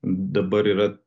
dabar yra